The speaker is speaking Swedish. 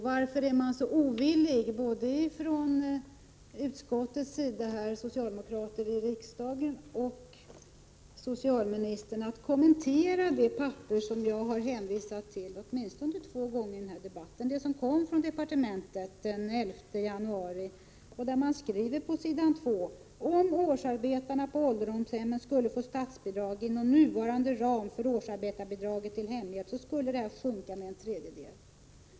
Varför är man så ovillig — det gäller både utskottsmajoriteten, alltså socialdemokrater i riksdagen, och socialministern — att kommentera det papper som jag har hänvisat till åtminstone två gånger i den här debatten, det papper som kom från departementet den 11 januari och där det står på s. 2: Om årsarbetarna på ålderdomshemmen skulle få statsbidrag inom nuvarande ram för årsarbetarbidraget till hemhjälp skulle det här sjunka med en tredjedel.